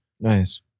Nice